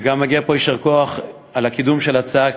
גם מגיע פה יישר כוח על הקידום של הצעת